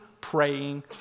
praying